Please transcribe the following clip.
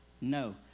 No